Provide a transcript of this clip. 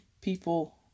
people